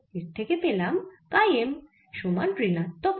এর থেকে পেলাম কাই M সমান ঋণাত্মক 1